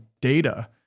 data